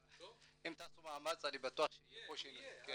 אם תעשו מאמץ אני בטוח ש- -- יהיה.